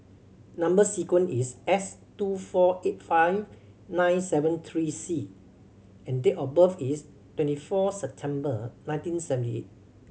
number sequence is S two four eight five nine seven three C and date of birth is twenty four September nineteen seventy eight